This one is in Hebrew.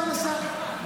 הפרנסה.